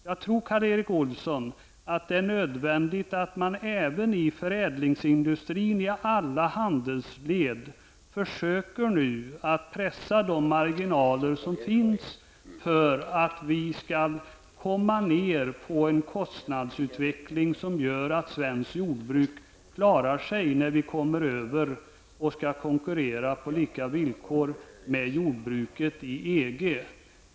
Jag tror, Karl Erik Olsson, att det är nödvändigt att man även i förädlingsindustrin i alla handelsled nu försöker pressa de marginaler som finns för att vi skall få en kostnadsutveckling som gör att svenskt jordbruk klarar sig när vi skall konkurrera på lika villkor med jordbruket i EG.